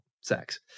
sex